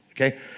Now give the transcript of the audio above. okay